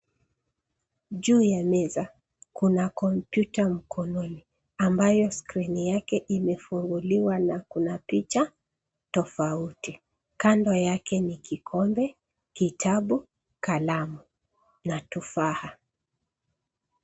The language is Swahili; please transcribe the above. Juu ya meza kuna kompyuta mkononi ambayo skrini yake imefunguliwa na kuna picha tofauti. Kando yake ni kikombe, kitabu, kalamu na tufaha.